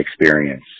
experience